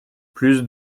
plus